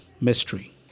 mystery